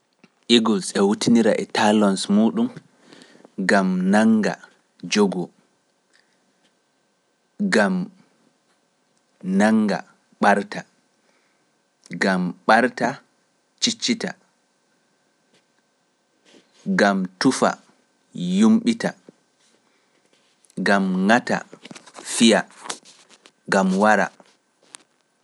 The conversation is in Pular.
Iguus e wuttinira e talons muuɗum, gam nannga jogoo, gam nannga ɓarta, gam ɓarta ciccita, gam tufa yumɓita, gam ŋata fiya, gam wara.